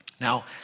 Now